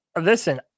Listen